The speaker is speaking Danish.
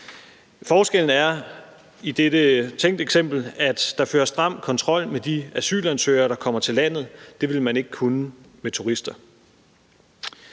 Forskellen i dette tænkte eksempel er, at der føres stram kontrol med de asylansøgere, der kommer til landet. Det ville man ikke kunne med turister.